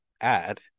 add